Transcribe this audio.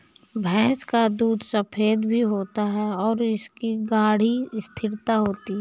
भैंस का दूध सफेद भी होता है और इसकी गाढ़ी स्थिरता होती है